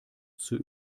zur